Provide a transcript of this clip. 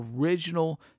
original